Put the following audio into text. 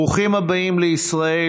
ברוכים הבאים לישראל.